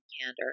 candor